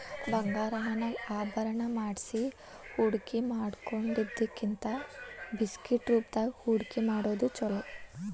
ಬಂಗಾರಾನ ನಾವ ಆಭರಣಾ ಮಾಡ್ಸಿ ಹೂಡ್ಕಿಮಾಡಿಡೊದಕ್ಕಿಂತಾ ಬಿಸ್ಕಿಟ್ ರೂಪ್ದಾಗ್ ಹೂಡ್ಕಿಮಾಡೊದ್ ಛೊಲೊ